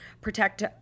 protect